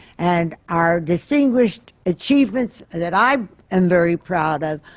and our distinguished achievements that i am very proud of,